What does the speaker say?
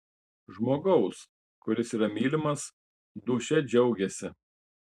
žmogaus kuris yra mylimas dūšia džiaugiasi